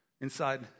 inside